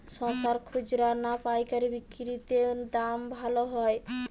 শশার খুচরা না পায়কারী বিক্রি তে দাম ভালো হয়?